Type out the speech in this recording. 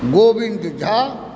Govind Jha